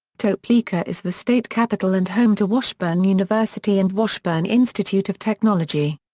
topeka is the state capital and home to washburn university and washburn institute of technology.